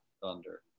Thunder